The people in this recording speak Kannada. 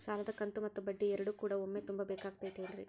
ಸಾಲದ ಕಂತು ಮತ್ತ ಬಡ್ಡಿ ಎರಡು ಕೂಡ ಒಮ್ಮೆ ತುಂಬ ಬೇಕಾಗ್ ತೈತೇನ್ರಿ?